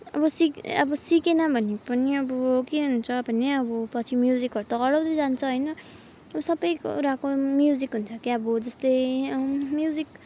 अब सिक अब सिकेन भने पनि अब के हुन्छ भने अब पछि म्युजिकहरू त हराउँदै जान्छ होइन त्यो सबै कुराको म्युजिक हुन्छ के अब जस्तै म्युजिक